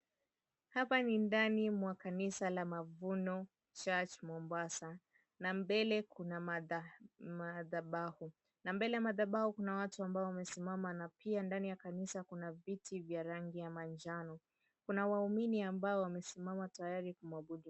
Hapa ni ndani mwa kanisa la MAVUNO CHURCH Mombasa na mbele kuna madhabahu na mbele ya madhabahu kuna watu ambao wamesimama na pia ndani ya kanisa kuna viti vya rangi ya manjano. Kuna waumini ambao wamesimama tayari kumuabudu.